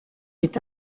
est